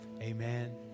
Amen